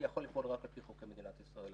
אני יכול לפעול רק על פי חוקי מדינת ישראל.